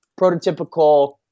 prototypical